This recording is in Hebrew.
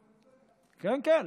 --- כן, כן.